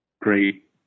great